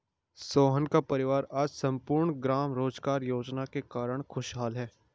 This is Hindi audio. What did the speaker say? सोहन का परिवार आज सम्पूर्ण ग्राम रोजगार योजना के कारण खुशहाल है